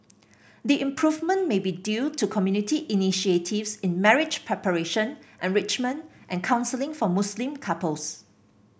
the improvement may be due to community initiatives in marriage preparation enrichment and counselling for Muslim couples